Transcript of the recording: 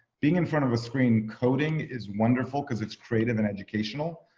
being in front of a screen coding is wonderful because it's creative and educational.